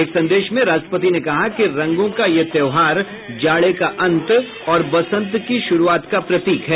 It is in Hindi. एक संदेश में राष्ट्रपति ने कहा कि रंगों का यह त्यौहार जाड़े का अंत और बसंत की शुरूआत का प्रतीक है